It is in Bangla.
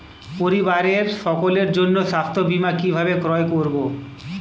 পরিবারের সকলের জন্য স্বাস্থ্য বীমা কিভাবে ক্রয় করব?